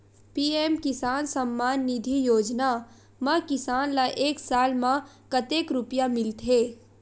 PM किसान सम्मान निधी योजना म किसान ल एक साल म कतेक रुपिया मिलथे?